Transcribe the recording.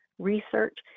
research